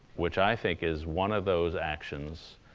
which i think is one of those actions,